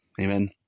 Amen